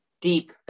deep